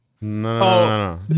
No